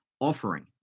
offering